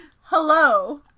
hello